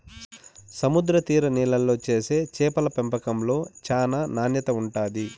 సముద్ర తీర నీళ్ళల్లో చేసే చేపల పెంపకంలో చానా నాణ్యత ఉంటాది